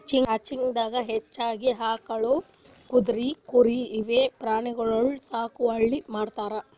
ranching ದಾಗಾ ಹೆಚ್ಚಾಗಿ ಆಕಳ್, ಕುದ್ರಿ, ಕುರಿ ಇವೆ ಪ್ರಾಣಿಗೊಳಿಗ್ ಸಾಗುವಳಿ ಮಾಡ್ತಾರ್